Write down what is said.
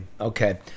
Okay